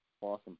Awesome